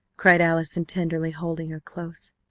cried allison, tenderly holding her close.